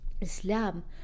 islam